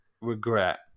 regret